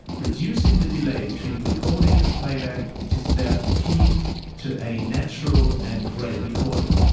reducing the delay between recording and playback is therefore key to a natural and great recording.